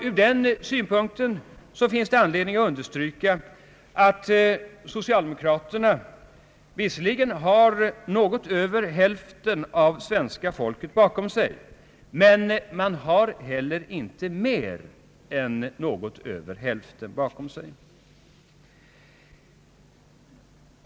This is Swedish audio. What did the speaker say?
Ur den synpunkten finns det anledning understryka att socialdemokraterna visserligen har något över hälften av svenska folket bakom sig — men man har heller inte mer än något över hälften bakom sig.